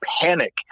panic